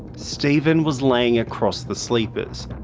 stephen was lying across the sleepers.